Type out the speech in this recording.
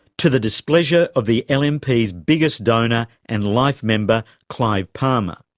to the displeasure of the lnp's biggest donor and life member, clive palmer.